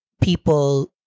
people